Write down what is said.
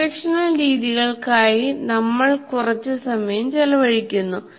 instructional രീതികൾക്കായി നമ്മൾ കുറച്ച് സമയം ചെലവഴിക്കുന്നു